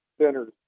centers